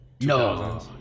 no